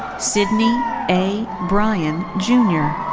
sydney a. bryan junior.